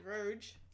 Verge